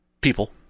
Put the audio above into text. people